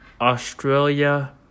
Australia